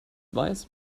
weiß